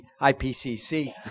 IPCC